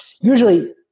usually